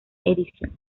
edición